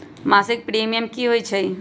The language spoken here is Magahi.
मासिक प्रीमियम की होई छई?